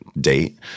date